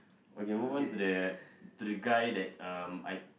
okay move on to that to the guy that um I